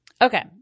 Okay